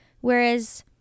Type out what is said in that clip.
Whereas